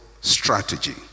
strategy